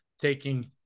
taking